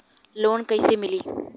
Loan कइसे मिलि?